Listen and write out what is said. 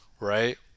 right